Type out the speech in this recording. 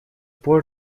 пор